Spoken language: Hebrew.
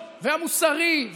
המוסרי,